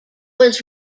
was